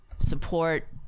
Support